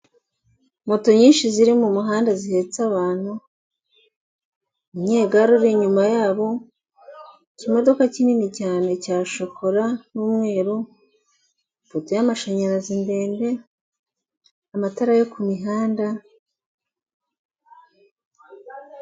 Moto nyinshi ziri mumuhanda zihetse abantu umunyegare uri inyuma yabo ikimodoka kinini cyane cya shokora n'umweru ipoto y'amashanyarazi ndende amatara yo kumihanda